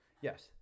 Yes